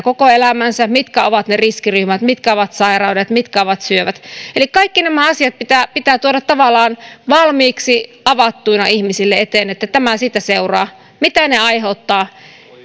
koko elämänsä mitkä ovat ne riskiryhmät mitkä ovat sairaudet mitkä ovat syövät kaikki nämä asiat pitää pitää tuoda tavallaan valmiiksi avattuina ihmisille eteen että tämä siitä seuraa mitä ne aiheuttavat